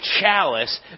chalice